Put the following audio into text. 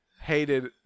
hated